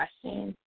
questions